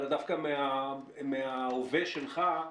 אלא דווקא מההווה שלך.